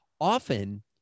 often